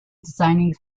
designing